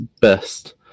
Best